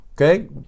okay